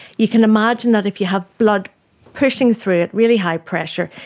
you can imagine that if you have blood pushing through at really high pressure,